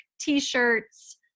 t-shirts